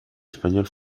español